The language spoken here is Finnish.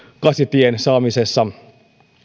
kasitien saamisessa